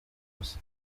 gusa